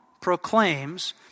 proclaims